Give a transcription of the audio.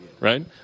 right